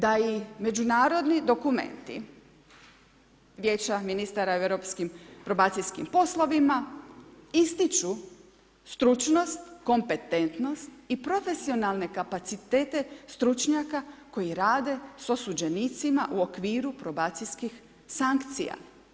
Da i međunarodni dokumenti, Vijeća ministara u europskim probacijskim poslovima ističu stručnost, kompetentnost i profesionalne kapacitete stručnjaka koji rade s osuđenicima u okviru probacijskih sankcija.